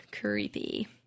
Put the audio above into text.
creepy